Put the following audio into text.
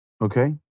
Okay